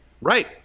Right